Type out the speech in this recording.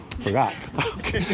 forgot